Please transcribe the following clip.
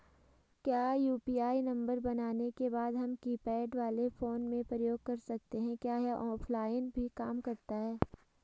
क्या UPI number बनाने के बाद हम कीपैड वाले फोन में प्रयोग कर सकते हैं क्या यह ऑफ़लाइन भी काम करता है?